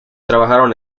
trabajaron